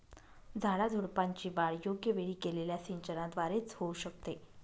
झाडाझुडपांची वाढ योग्य वेळी केलेल्या सिंचनाद्वारे च होऊ शकते